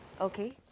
Okay